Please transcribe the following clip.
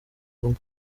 guma